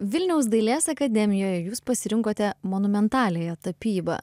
vilniaus dailės akademijoje jūs pasirinkote monumentaliąją tapybą